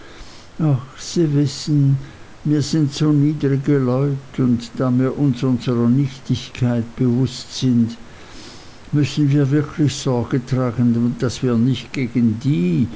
sie wissen mir sind so niedrige leut und da mir uns unsrer niedrigkeit bewußt sin müssen mir wirklich sorge tragen daß mir nicht gegen die